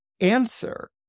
answer